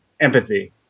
empathy